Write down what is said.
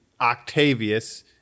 Octavius